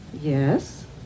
Yes